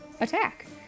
attack